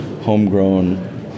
homegrown